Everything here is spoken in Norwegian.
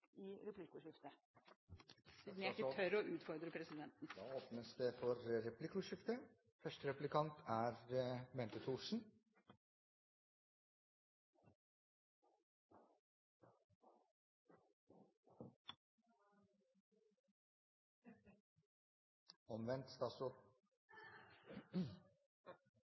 i replikkordskiftet, hvis jeg tør å utfordre presidenten. Da åpnes det for replikkordskifte.